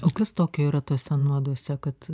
o kas tokio yra tuose nuoduose kad